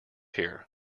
here